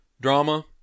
Drama